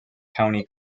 county